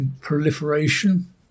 proliferation